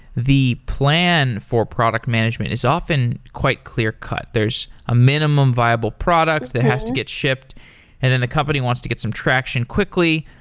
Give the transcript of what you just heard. the plan for product management is often quite clear cut. there's a minimum viable product that has to get shipped and then the company wants to get some traction quickly.